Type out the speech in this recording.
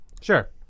Sure